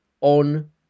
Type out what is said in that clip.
on